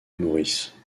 maurice